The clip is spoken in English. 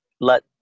let